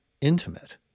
intimate